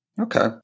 Okay